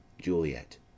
juliet